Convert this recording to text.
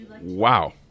Wow